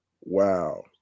wow